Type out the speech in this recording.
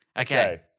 Okay